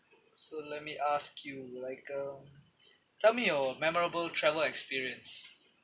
so let me ask you like um tell me your memorable travel experience